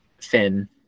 finn